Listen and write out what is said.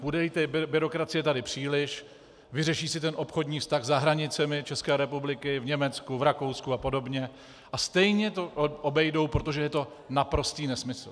Budeli byrokracie tady příliš, vyřeší si obchodní vztah za hranicemi České republiky v Německu, v Rakousku apod., a stejně to obejdou, protože je to naprostý nesmysl.